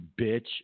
bitch